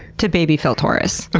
to baby phil torres.